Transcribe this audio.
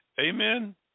Amen